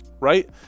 right